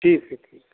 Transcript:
ठीक है ठीक है